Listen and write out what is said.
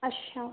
अच्छा